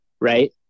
right